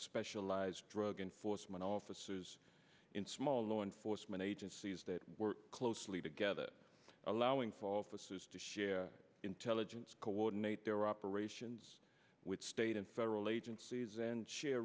specialized drug enforcement officers in small law enforcement agencies that were closely together allowing falsus is to share intelligence coordinate their operations with state and federal agencies and share